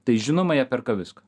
tai žinoma jie perka viską